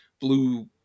blue